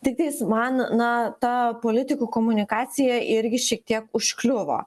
tiktai jis man na ta politikų komunikacija irgi šiek tiek užkliuvo